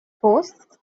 posts